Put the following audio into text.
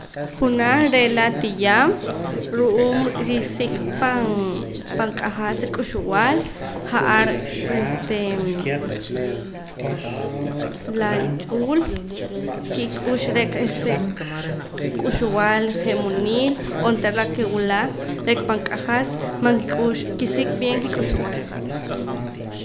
Junaj re' la ti'yaan ru'uum risik' pan q'ajas ruk'uxulb'al ja'ar este la itz'ul kik'ux re'ka este k'uxb'al je' munil onteera la ke wula re'ka pan q'ajas man kik'ux ki sik' bien kik'uxb'al